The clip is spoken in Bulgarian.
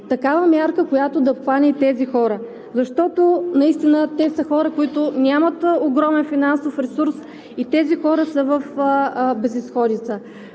такава мярка, която да обхване и тези хора. Защото наистина те са хора, които нямат огромен финансов ресурс и тези хора са в безизходица.